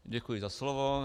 Děkuji za slovo.